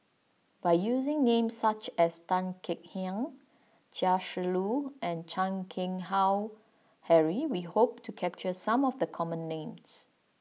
by using names such as Tan Kek Hiang Chia Shi Lu and Chan Keng Howe Harry we hope to capture some of the common names